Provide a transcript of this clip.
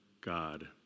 God